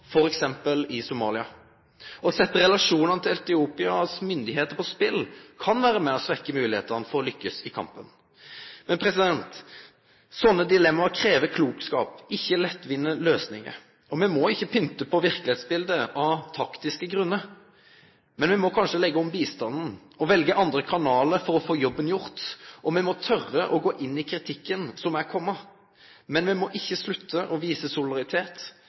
f.eks. i Somalia. Å setje relasjonane til Etiopias myndigheiter på spel kan vere med på å svekkje moglegheitene for å lykkast i den kampen. Slike dilemma krev klokskap, ikkje lettvinte løysingar. Me må ikkje pynte på verkelegheitsbiletet av taktiske grunnar. Men me må kanskje leggje om bistanden og velje andre kanalar for å få jobben gjort. Me må tore å gå inn i kritikken som her kjem, men me må ikkje slutte å vise